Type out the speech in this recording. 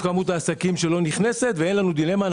כמות העסקים שלא נכנסת ואין לנו דילמה,